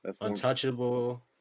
Untouchable